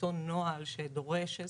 אותו נוהל שדורש,